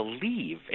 believe